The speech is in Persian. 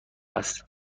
است